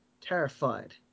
Terrified